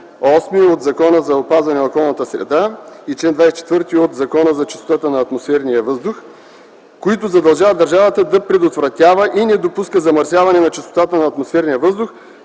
8 от Закона за опазване на околната среда и чл. 24 от Закона за чистотата на атмосферния въздух, които задължават държавата да предотвратява и не допуска замърсяване на чистотата на атмосферния въздух,